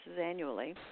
annually